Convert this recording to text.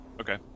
Okay